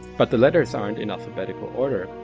but the letters aren't in alphabetical order,